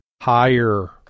higher